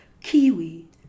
kiwi